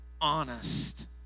honest